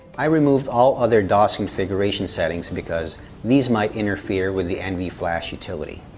i removed all other dos configuration settings because these might interfere with the nvflash utility.